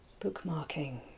Bookmarking